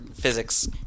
physics